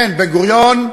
כן, בן-גוריון,